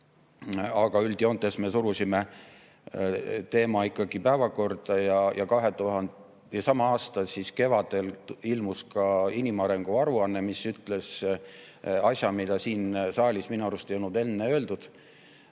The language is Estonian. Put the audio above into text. Aga üldjoontes me surusime teema ikkagi päevakorda. Sama aasta kevadel ilmus ka inimarengu aruanne, mis ütles asja, mida siin saalis minu arust ei olnud enne öeldud: